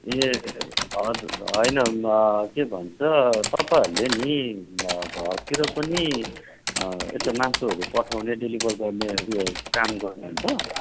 ए हजुर होइन के भन्छ तपाईँहरूले नि घरतिर पनि यसो मासुहरू पठाउने डेलिभर गर्ने ऊ यो काम गर्नु हुन्छ